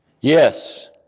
Yes